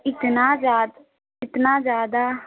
इतना ज़्याद इतना ज़्यादा